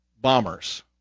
bombers